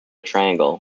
triangle